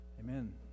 Amen